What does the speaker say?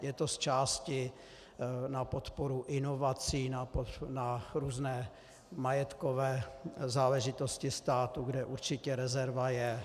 Je to z části na podporu inovací na různé majetkové záležitosti státu, kde určitě rezerva je.